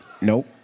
Nope